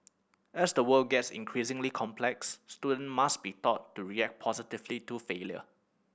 as the world gets increasingly complex student must be taught to react positively to failure